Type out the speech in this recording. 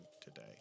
today